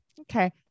Okay